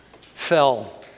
fell